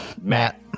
Matt